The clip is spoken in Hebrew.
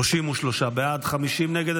33 בעד, 50 נגד.